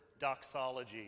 doxology